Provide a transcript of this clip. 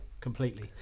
completely